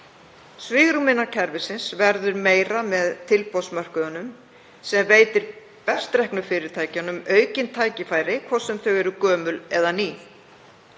Svigrúm innan kerfisins verður meira með tilboðsmörkuðum sem veitir best reknu fyrirtækjunum aukin tækifæri, hvort sem þau eru gömul eða ný.